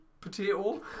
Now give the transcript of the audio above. potato